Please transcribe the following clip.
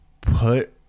put